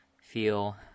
feel